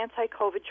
anti-covid